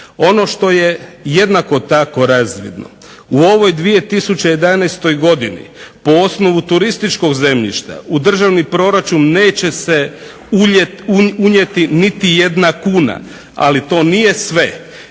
Ono što je jednako tako razvidno u ovoj 2011. godini po osnovu turističkog zemljišta u državni proračun neće se unijeti niti jedna kuna, ali to nije sve,